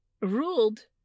ruled